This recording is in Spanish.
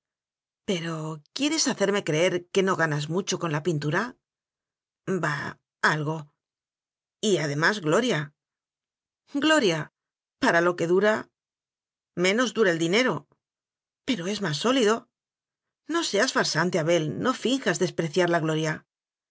pero quieres hacerme creer que no ga nas mucho con la pintura bah algo y además gloria gloria para lo que dura menos dura el dinero pero es más sólido no seas farsante abel no finjas des preciar la gloria